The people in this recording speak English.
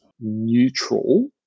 neutral